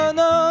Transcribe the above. no